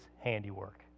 handiwork